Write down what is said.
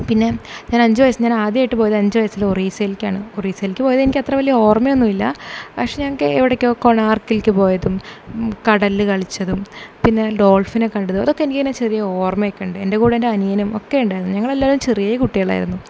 പിന്നെ ഞാൻ അഞ്ച് വയസ്സ് ഞാൻ ആദ്യമായിട്ട് പോയത് അഞ്ച് വയസ്സിൽ ഒറീസയിലേക്കാണ് ഒറീസയിലേക്ക് പോയത് എനിക്കത്ര വലിയ ഓർമയൊന്നും ഇല്ല പക്ഷേ ഞങ്ങൾക്ക് എവിടെയൊക്കെയോ കോണാർക്കിലേക്ക് പൊയതും കടലിൽ കളിച്ചതും പിന്നെ ഡോൾഫിനെ കണ്ടതും അതൊക്കെ എനിക്കിങ്ങനെ ചെറിയ ഓർമ്മയൊക്കെ ഉണ്ട് എന്റെ കൂടെ എന്റെ അനിയനും ഒക്കെ ഉണ്ടായിരുന്നു ഞങ്ങൾ എല്ലാവരും ചെറിയ കുട്ടികളായിരുന്നു